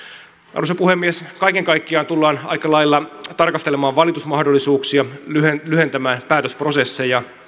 arvoisa puhemies kaiken kaikkiaan tullaan aika lailla tarkastelemaan valitusmahdollisuuksia lyhentämään lyhentämään päätösprosesseja